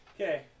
Okay